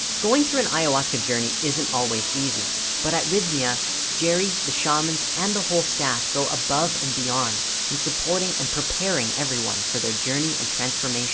going through an ayahuasca journey isn't always easy but at rythme a yeah jerry the shamans and the whole staff go above and beyond in supporting and preparing everyone for their journey and transformation